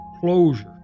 Closure